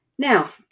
Now